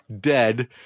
dead